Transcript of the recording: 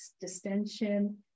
distension